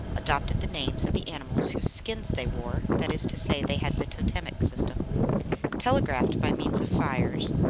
adopted the names of the animals whose skins they wore that is to say, they had the totemic system telegraphed by means of fires,